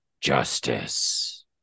justice